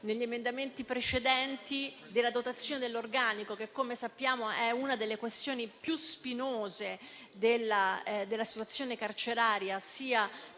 negli emendamenti precedenti della dotazione dell'organico, che come sappiamo è una delle questioni più spinose della situazione carceraria, sia